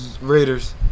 Raiders